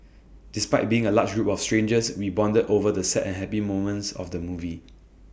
despite being A large group of strangers we bonded over the sad and happy moments of the movie